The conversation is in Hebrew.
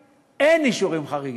ופה יש סתירה לוגית לחלוטין,